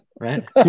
right